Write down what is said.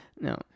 No